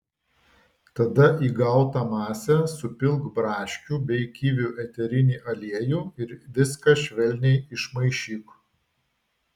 tada į gautą masę supilk braškių bei kivių eterinį aliejų ir viską švelniai išmaišyk